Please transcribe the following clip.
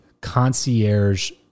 concierge